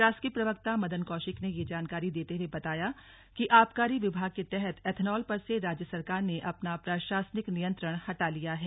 शासकीय प्रवक्ता मदन कौशिक ने यह जानकारी देते हुए बताया कि आबकारी विभाग के तहत एथनॉल पर से राज्य सरकार ने अपना प्रशासनिक नियंत्रण हटा लिया है